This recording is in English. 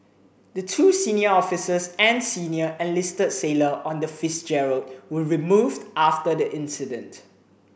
the two senior officers and senior enlisted sailor on the Fitzgerald were removed after the incident